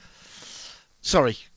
sorry